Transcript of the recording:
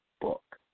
book